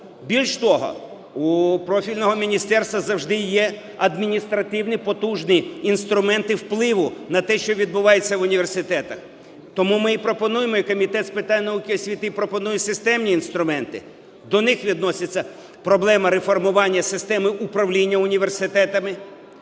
Більш того, у профільного міністерства завжди є адміністративні потужні інструменти впливу на те, що відбувається в університетах. Тому ми і пропонуємо, і Комітет з питань науки і освіти пропонує, системні інструменти. До них відносяться: проблема реформування системи управління університетами,